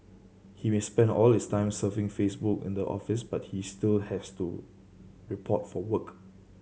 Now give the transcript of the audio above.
he may spend all his time surfing Facebook in the office but he still has to report for work